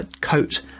coat